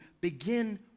begin